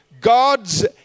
God's